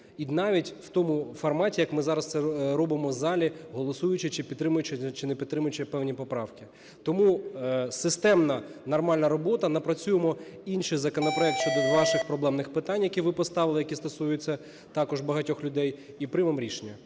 і навіть в тому форматі, як ми зараз це робимо в залі, голосуючи чи підтримуючи, чи не підтримуючи певні поправки. Тому системна нормальна робота, напрацюємо інший законопроект щодо ваших проблемних питань, які ви поставили, що стосуються також багатьох людей, і приймемо рішення.